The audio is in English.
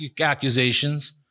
accusations